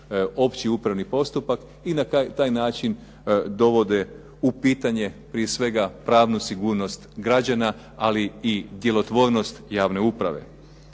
opći upravni postupak i na taj način dovode u pitanje prije svega pravnu sigurnost građana, ali i djelotvornost javne uprave.